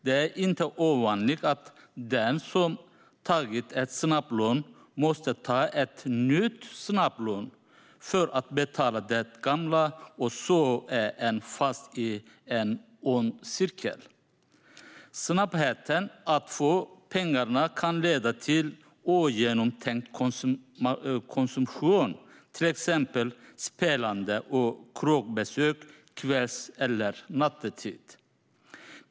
Det är inte ovanligt att den som har tagit ett snabblån måste ta ett nytt snabblån för att betala det gamla, och så är en fast i en ond cirkel. Snabbheten att få pengarna kan leda till ogenomtänkt konsumtion, till exempel spelande och krogbesök kvälls eller nattetid.